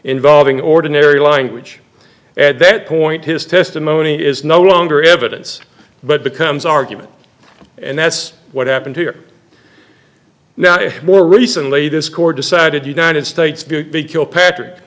involving ordinary language at that point his testimony is no longer evidence but becomes argument and that's what happened here now more recently this court decided united states big big kilpatrick